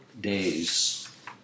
days